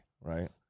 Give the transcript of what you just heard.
right